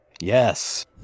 Yes